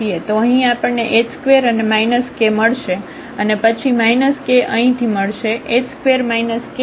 તો અહીં આપણને h2અને k મળશે અને પછી k અહીંથી મળશે h2 k